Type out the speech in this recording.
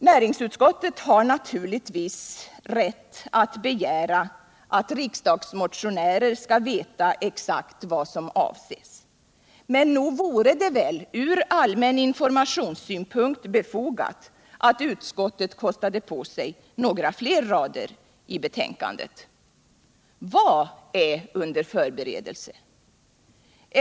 Näringsutskottet har naturligtvis rätt att begära att riksdagsmotionärer skall veta exakt vad som avses, men nog vore det ur allmän informationssynpunkt befogat att utskottet kostade på sig några fler rader i betänkandet. Vad är under förberedelse?